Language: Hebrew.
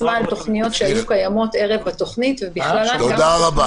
------ תודה רבה.